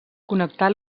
connectar